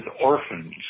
orphans